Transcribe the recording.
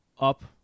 up